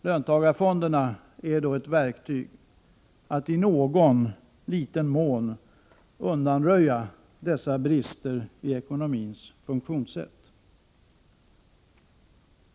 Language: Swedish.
Löntagarfonderna är ett verktyg för att i någon liten mån undanröja dessa brister i ekonomins funktionssätt.